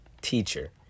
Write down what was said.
teacher